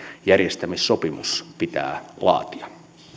järjestämissopimus pitää laatia